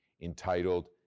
entitled